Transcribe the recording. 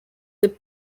this